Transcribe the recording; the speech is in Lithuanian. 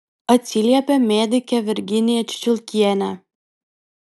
atsiliepė medikė virginija čiučiulkienė